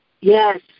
Yes